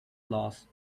loss